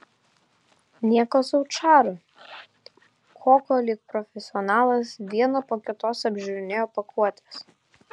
nieko sau čaro koko lyg profesionalas vieną po kitos apžiūrinėjo pakuotes